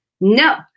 no